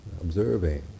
observing